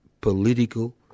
political